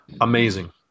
amazing